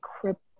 crippled